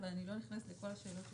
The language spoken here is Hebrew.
אבל אני לא נכנסת לכל השאלות.